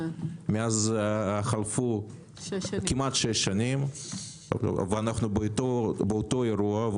כמעט חלפו שש שנים כמעט, ואנחנו באותו אירוע.